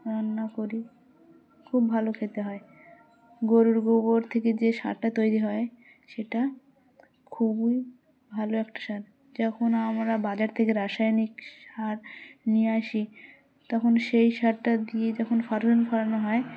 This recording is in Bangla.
রান্না করি খুব ভালো খেতে হয় গরুর গোবর থেকে যে সারটা তৈরি হয় সেটা খুবই ভালো একটা সার যখন আমরা বাজার থেকে রাসায়নিক সার নিয়ে আসি তখন সেই সারটা দিয়ে যখন ফসল করানো হয়